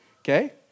okay